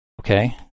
Okay